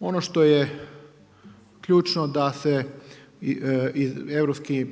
Ono što je ključno da Europski